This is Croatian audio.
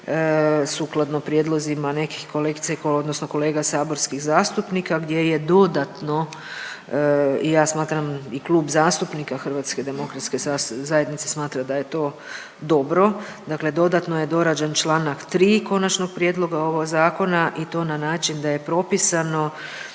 sukladno prijedlozima nekih kolegica i koleg… odnosno kolega saborskih zastupnika gdje je dodatno i ja smatram i Klub zastupnika HDZ-a smatra da je to dobro, dakle dodatno je dorađen Članak 3. konačnog prijedloga ovog zakona i to na način da je propisano